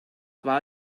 war